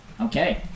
Okay